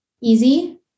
easy